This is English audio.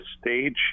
stage